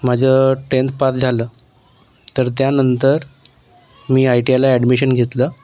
माझं tenth pass झालं तर त्या नंतर मी आय टी आयला ॲडमिशन घेतलं